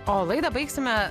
o laidą baigsime